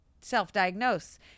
self-diagnose